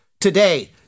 Today